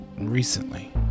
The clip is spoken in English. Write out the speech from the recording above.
recently